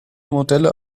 modelle